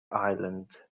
island